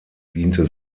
diente